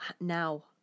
now